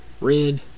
red